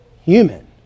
human